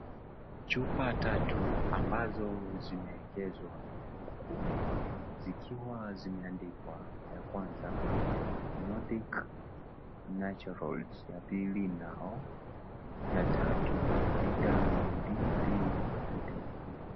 Chupa tatu ambazo zimeegezwa huku zikiwa zimeandikwa; ya Kwanza " Nordic naturals", ya pili nao, ya tatu "Vitamin D3 potency ".